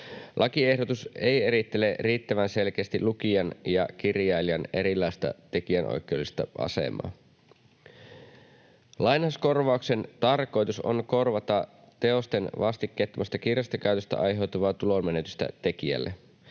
Lakiehdotus ei erittele riittävän selkeästi lukijan ja kirjailijan erilaista tekijänoikeudellista asemaa. Lainauskorvauksen tarkoitus on korvata teosten vastikkeettomasta kirjastokäytöstä aiheutuvaa tulonmenetystä tekijälle.